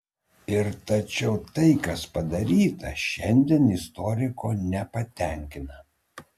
ir tačiau tai kas padaryta šiandien istoriko nepatenkina